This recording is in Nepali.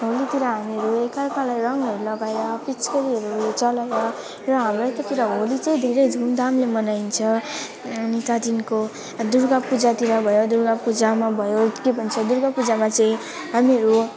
होलीतिर हामीहरू काकालाई रङहरू लगाएर पिचकेरीहरू चलाएर र हाम्रो त पुरा होली चाहिँ धेरै धुमधामले मनाइन्छ अनि त्यहाँदेखिन्को दुर्गा पूजातिर भयो दुर्गा पूजामा भयो के भन्छ दुर्गा पूजामा चाहिँ हामीहरू